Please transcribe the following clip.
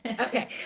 Okay